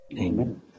Amen